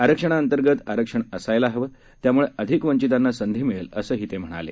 आरक्षणाअंतर्गत आरक्षण असायला हवं त्यामुळे अधिक वंचितांना संधी मिळेल असं ते म्हणाले